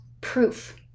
proof